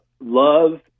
love